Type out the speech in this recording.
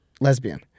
lesbian